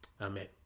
Amen